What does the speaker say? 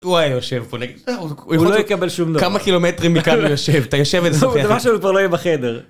הוא היה יושב פה, נגיד, הוא לא יקבל שום דבר. כמה קילומטרים מכאן הוא יושב, אתה יושב את זה ככה. זו דבר שלו כבר לא יהיה בחדר.